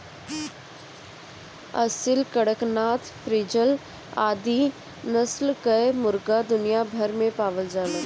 Aseel, Kadaknath, frizzle आदि नस्ल कअ मुर्गा दुनिया भर में पावल जालन